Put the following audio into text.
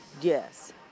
Yes